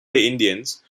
indians